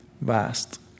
vast